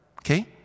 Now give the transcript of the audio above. okay